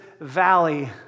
valley